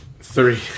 three